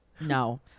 no